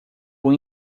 bom